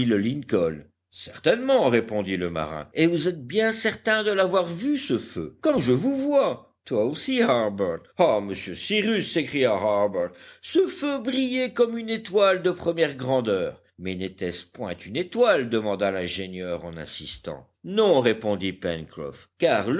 lincoln certainement répondit le marin et vous êtes bien certain de l'avoir vu ce feu comme je vous vois toi aussi harbert ah monsieur cyrus s'écria harbert ce feu brillait comme une étoile de première grandeur mais n'était-ce point une étoile demanda l'ingénieur en insistant non répondit pencroff car